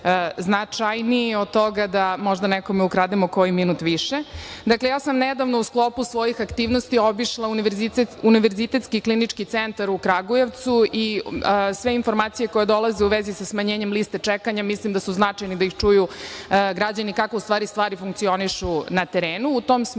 značajniji od toga da možda nekome ukrademo koji minut više. Dakle, ja sam nedavno u sklopu svojih aktivnosti obišla Univerzitetski klinički centar u Kragujevcu i sve informacije koje dolaze u vezi sa smanjenjem liste čekanja mislim da su značajne da ih čuju građani, kako u stvari stvari funkcionišu na terenu.U tom smislu,